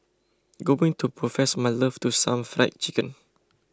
going to profess my love to some Fried Chicken